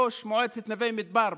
ראש מועצת נווה מדבר.